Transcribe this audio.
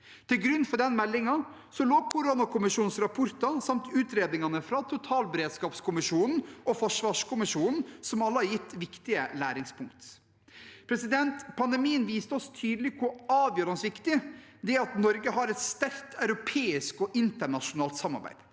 Til grunn for den meldingen lå koronakommisjonens rapporter samt utredningene fra totalberedskapskommisjonen og forsvarskommisjonen, som alle har gitt viktige læringspunkt. Pandemien viste oss tydelig hvor avgjørende viktig det er at Norge har et sterkt europeisk og internasjonalt samarbeid.